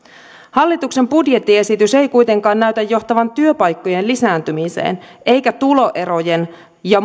hallituksen budjettiesitys ei kuitenkaan näytä johtavan työpaikkojen lisääntymiseen eikä tuloerojen ja